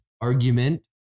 argument